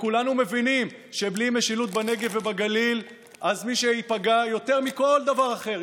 וכולנו מבינים שבלי משילות בנגב ובגליל מי שייפגע יותר מכל דבר אחר,